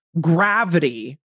gravity